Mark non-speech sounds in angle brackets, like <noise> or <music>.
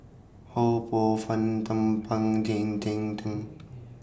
Ho Poh Fun Thum Ping Tjin <unintelligible>